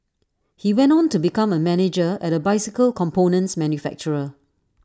he went on to become A manager at A bicycle components manufacturer